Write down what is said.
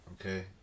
Okay